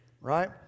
right